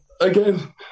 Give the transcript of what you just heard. again